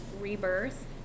rebirth